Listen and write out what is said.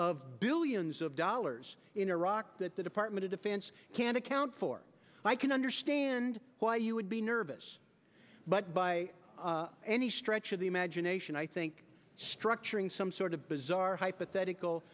of billions of dollars in iraq that the department of defense can't account for i can understand why you would be nervous but by any stretch of the imagination i think structuring some sort of bizarre hypothetical